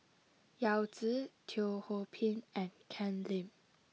Yao Zi Teo Ho Pin and Ken Lim